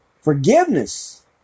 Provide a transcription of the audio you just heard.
forgiveness